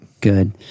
Good